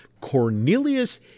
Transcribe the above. Cornelius